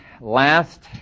last